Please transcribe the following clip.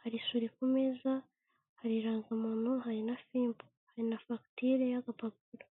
hari suri ku meza, hari indangamuntu, hari na fimbo, hari na fagitire y'agapapuro.